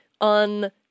on